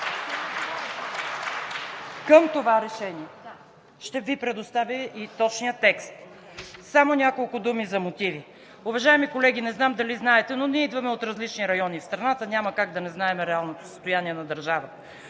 България“), ще Ви предоставя и точния текст. Само няколко думи за мотивите. Уважаеми колеги, не знам дали знаете, но ние идваме от различни райони в страната и няма как да не знаем реалното състояние на държавата.